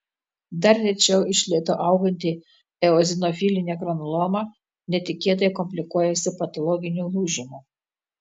dar rečiau iš lėto auganti eozinofilinė granuloma netikėtai komplikuojasi patologiniu lūžimu